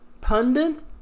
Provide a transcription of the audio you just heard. pundit